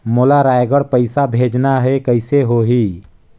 मोला रायगढ़ पइसा भेजना हैं, कइसे होही?